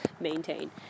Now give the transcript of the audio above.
maintain